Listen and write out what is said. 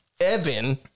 Evan